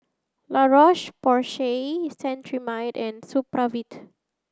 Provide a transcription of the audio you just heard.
La Roche Porsay Cetrimide and Supravit